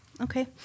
Okay